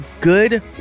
good